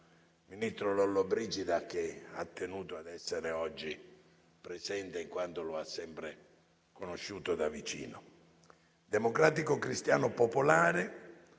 ministro Lollobrigida, che ha tenuto ad essere oggi presente, in quanto lo ha sempre conosciuto da vicino. Democratico cristiano popolare